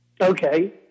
Okay